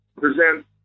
present